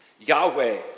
Yahweh